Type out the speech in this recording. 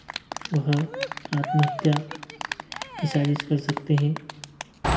वह आत्महत्या की साजिश कर सकते हैं